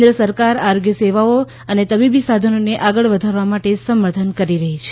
કેન્દ્ર સરકાર આરોગ્ય સેવાઓ અને તબીબી સાધનોને આગળ વધારવા માટે સમર્થન કરી રહી છે